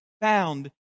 found